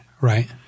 Right